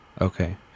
Okay